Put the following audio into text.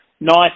Nice